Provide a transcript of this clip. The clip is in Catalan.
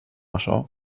açò